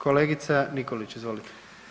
Kolegica Nikolić, izvolite.